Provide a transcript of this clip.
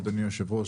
אדוני היושב-ראש,